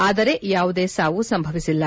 ಆದರೆ ಯಾವುದೇ ಸಾವು ಸಂಭವಿಸಿಲ್ಲ